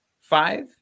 five